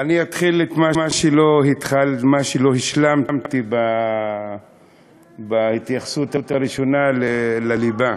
אני אתחיל במה שלא השלמתי בהתייחסות הראשונה לליבה.